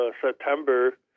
September